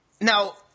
now